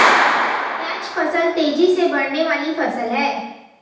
catch फसल तेजी से बढ़ने वाली फसल है